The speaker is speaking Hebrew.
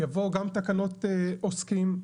יבואו גם תקנות עוסקים,